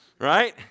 right